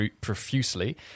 profusely